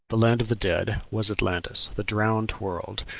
the land of the dead, was atlantis, the drowned world,